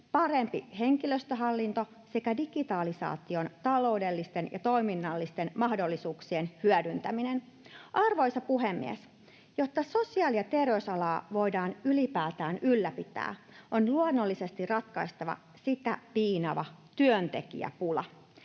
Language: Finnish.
parempi henkilöstöhallinto sekä digitalisaation taloudellisten ja toiminnallisten mahdollisuuksien hyödyntäminen. Arvoisa puhemies! Jotta sosiaali- ja terveysalaa voidaan ylipäätään ylläpitää, on luonnollisesti ratkaistava sitä piinaava työntekijäpula.